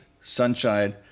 sunshine